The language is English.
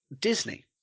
Disney